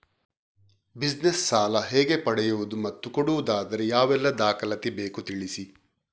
Business ಸಾಲ ಹೇಗೆ ಪಡೆಯುವುದು ಮತ್ತು ಕೊಡುವುದಾದರೆ ಯಾವೆಲ್ಲ ದಾಖಲಾತಿ ಬೇಕು ತಿಳಿಸಿ?